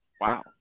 wow